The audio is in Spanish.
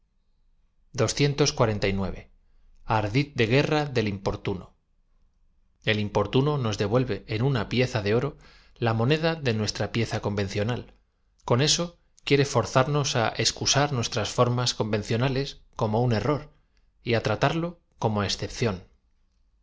rd de guerra del importuno e l importuno nos devuelve en una pieza de oro la moneda de nuestra pieza convencional con eso quie re forzarnos á excusar nuestras formas convenciona ies como un error y á tratarlo como excepción